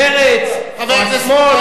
מרצ והשמאל,